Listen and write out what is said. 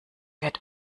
wird